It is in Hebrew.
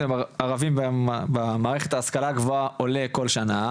ערבים במערכת ההשכלה הגבוהה עולה כל שנה,